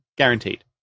Guaranteed